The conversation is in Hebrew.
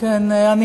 אדוני היושב-ראש,